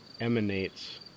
emanates